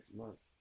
months